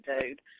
dude